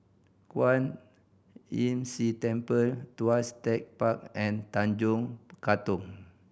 Kwan Imm See Temple Tuas Tech Park and Tanjong Katong